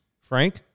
Frank